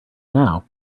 now